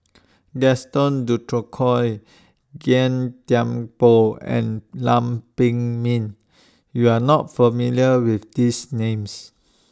Gaston Dutronquoy Gan Thiam Poh and Lam Pin Min YOU Are not familiar with These Names